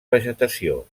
vegetació